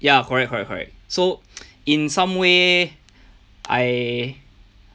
ya correct correct correct so in some way I